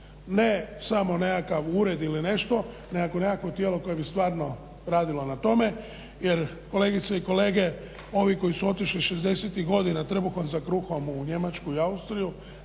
ne samo nekakav ured ili nešto, nego nekakvo tijelo koje bi stvarno radilo na tome. Jer kolegice i kolege ovi koji su otišli 60. godina trbuhom za kruhom u Njemačku i Austriju